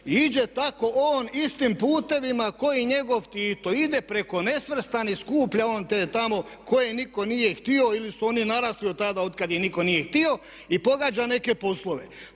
Iđe tako on istim putevima ko i njegov Tito. Ide preko nesvrstanih, skuplja on te tamo koje nitko nije htio ili su oni narasli od tada od kad ih nitko nije htio i pogađa neke poslove.